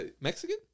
Mexican